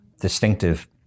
distinctive